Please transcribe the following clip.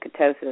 ketosis